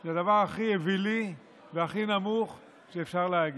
זה הדבר הכי אווילי והכי נמוך שאפשר להגיד.